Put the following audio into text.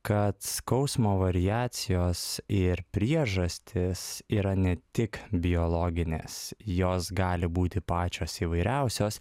kad skausmo variacijos ir priežastys yra ne tik biologinės jos gali būti pačios įvairiausios